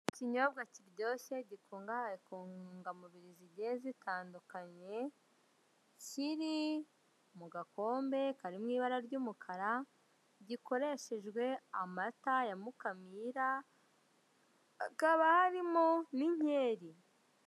Ikinyobwa kiryoshye gikungahaye ku ntungamubiri zigiye zitandukanye, kiri mu gakombe kari mu ibara ry'umukara, gikoreshejwe amata ya mukamira, hakaba harimo n'inyeri.